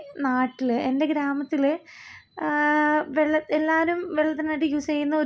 അപ്പോൾ എനിക്ക് ബിസിനസ്സ് സംബന്ധമായ വാർത്തകളൊക്കെ ഭയങ്കര താൽപ്പര്യമാണ് കാണാൻ കാരണം അംബാനി പോലുള്ള ആളുകൾ അല്ലെങ്കിൽ